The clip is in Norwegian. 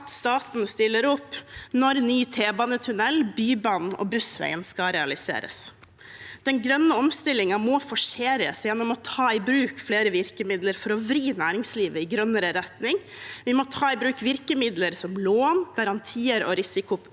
staten stiller opp når ny T-banetunnel, Bybanen og Bussveien skal realiseres. Den grønne omstillingen må forseres gjennom å ta i bruk flere virkemidler for å vri næringslivet i grønnere retning. Vi må ta i bruk virkemidler som lån, garantier og